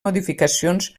modificacions